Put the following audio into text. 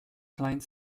client